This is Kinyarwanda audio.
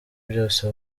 byose